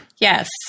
Yes